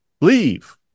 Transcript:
leave